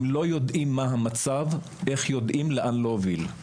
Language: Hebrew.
אם לא יודעים מה המצב, איך יודעים לאן להוביל.